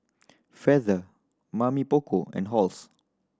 Feather Mamy Poko and Halls